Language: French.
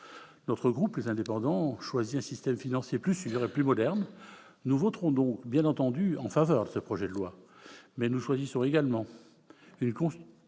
Notre groupe Les Indépendants choisit un système financier plus sûr et plus moderne : nous voterons donc bien entendu en faveur de ce projet de loi. Mais nous choisissons également une construction